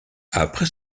après